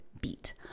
beat